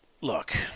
look